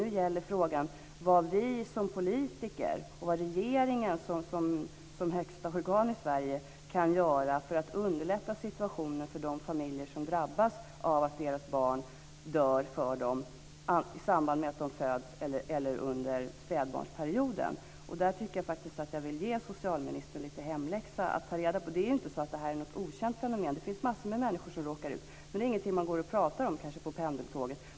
Nu gäller frågan vad vi som politiker och regeringen som högsta organ i Sverige kan göra för att underlätta situationen för de familjer som drabbas av att deras barn dör för dem i samband med att de föds eller under spädbarnsperioden. Där vill jag faktiskt ge socialministern lite hemläxa. Det är inte så att detta är något okänt fenomen. Det är massor av människor som råkar ut för det. Men det är kanske inte något man går och pratar om på pendeltåget.